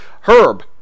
Herb